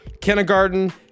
kindergarten